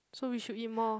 so we should eat more